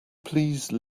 please